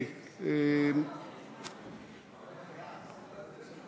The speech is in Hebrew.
סעיפים 1 7 נתקבלו.